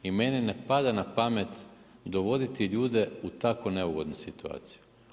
I meni ne pada na pamet dovoditi ljude u tako neugodnu situaciju.